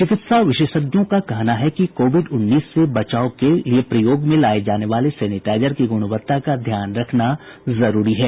चिकित्सा विशेषज्ञों का कहना है कि कोविड उन्नीस से बचाव के लिए प्रयोग में लाये जाने वाले सेनेटाइजर की गुणवत्ता का ध्यान रखना जरुरी है